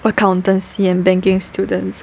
accountancy and banking students